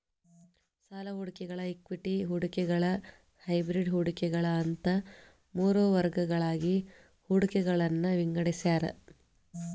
ಸಾಲ ಹೂಡಿಕೆಗಳ ಇಕ್ವಿಟಿ ಹೂಡಿಕೆಗಳ ಹೈಬ್ರಿಡ್ ಹೂಡಿಕೆಗಳ ಅಂತ ಮೂರ್ ವರ್ಗಗಳಾಗಿ ಹೂಡಿಕೆಗಳನ್ನ ವಿಂಗಡಿಸ್ಯಾರ